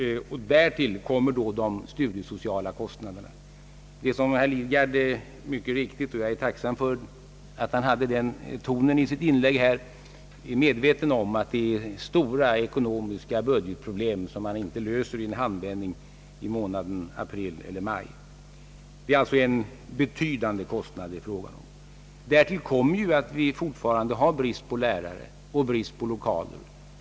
Därtill kommer då de studiesociala kostnaderna. Det är riktigt som herr Lidgard sade — och jag är tacksam för att han hade den tonen i sitt inlägg — att det är fråga om stora ekonomiska budgetproblem, som man inte löser i en handvändning i månaden april eller maj. Det är fråga om betydande kostnader. Därtill kommer att vi fortfarande har brist på lärare och lokaler.